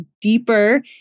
deeper